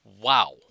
Wow